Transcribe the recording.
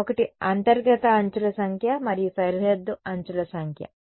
ఒకటి అంతర్గత అంచుల సంఖ్య మరియు సరిహద్దు అంచుల సంఖ్య సరే